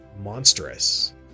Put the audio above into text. monstrous